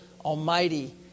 almighty